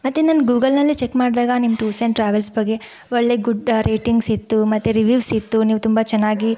ಮತ್ತು ನಾನು ಗೂಗಲ್ನಲ್ಲೇ ಚೆಕ್ ಮಾಡಿದಾಗ ನಿಮ್ಮ ಟೂರ್ಸ್ ಆ್ಯಂಡ್ ಟ್ರಾವೆಲ್ಸ್ ಬಗ್ಗೆ ಒಳ್ಳೆ ಗುಡ್ ರೇಟಿಂಗ್ಸ್ ಇತ್ತು ಮತ್ತು ರಿವೀವ್ಸಿತ್ತು ನೀವು ತುಂಬ ಚೆನ್ನಾಗಿ